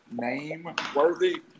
name-worthy